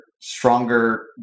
stronger